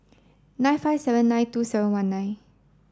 nine five seven nine two seven one nine